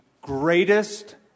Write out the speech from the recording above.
greatest